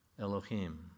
Elohim